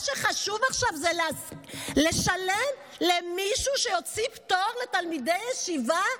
מה שחשוב עכשיו זה לשלם למישהו שיוציא פטור לתלמידי ישיבה?